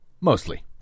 mostly